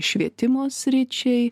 švietimo sričiai